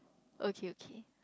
okay okay